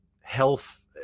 health